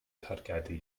targedu